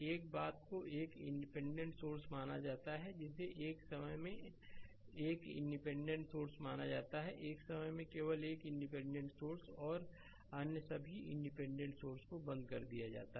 एक बात को एक इंडिपेंडेंट सोर्स माना जाता है जिसे एक समय में एक इंडिपेंडेंट सोर्स माना जाता है एक समय में केवल एक इंडिपेंडेंट सोर्स और अन्य सभी इंडिपेंडेंट सोर्स को बंद कर दिया जाता है